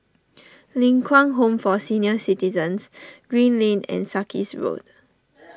Ling Kwang Home for Senior Citizens Green Lane and Sarkies Road